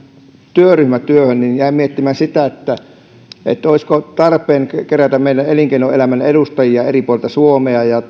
työryhmätyöhön jäin miettimään sitä olisiko tarpeen kerätä yhteen meidän elinkeinoelämän edustajia eri puolilta suomea ja